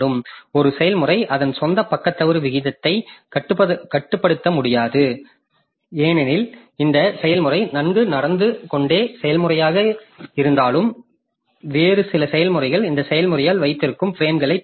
ஒரு செயல்முறை அதன் சொந்த பக்க தவறு வீதத்தைக் கட்டுப்படுத்த முடியாது ஏனெனில் இந்த செயல்முறை நன்கு நடந்து கொண்ட செயல்முறையாக இருந்தாலும் வேறு சில செயல்முறைகள் இந்த செயல்முறையால் வைத்திருக்கும் பிரேம்களைப் பிடிக்கக்கூடும்